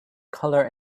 color